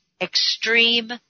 extreme